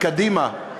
קדימה,